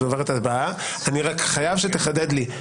אני רק חייב שתחדד לי,